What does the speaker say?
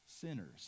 sinners